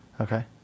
Okay